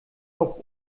auch